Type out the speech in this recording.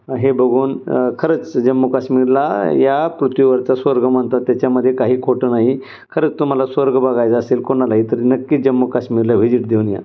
हे बघून खरंच जम्मू काश्मीरला या पृथ्वीवरचा स्वर्ग म्हणतात त्याच्यामध्ये काही खोटं नाही खरंच तुम्हाला स्वर्ग बघायचा असेल कोणालाही तरी नक्कीच जम्मू काश्मीरला व्हिजिट देऊन या